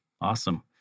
awesome